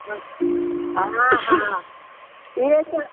हां हा इहे त